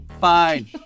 Fine